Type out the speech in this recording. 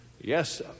Yes